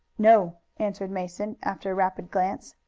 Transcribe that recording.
no, answered mason after a rapid glance.